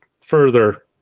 further